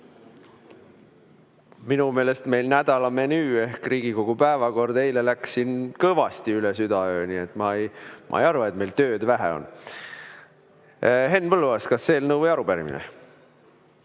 Minu meelest meil nädala menüü ehk Riigikogu päevakord läks eile siin kõvasti üle südaöö. Nii et ma ei arva, et meil on vähe tööd. Henn Põlluaas, kas eelnõu või arupärimine?